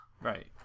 Right